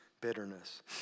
bitterness